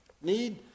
need